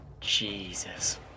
Jesus